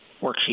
worksheet